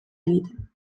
egiten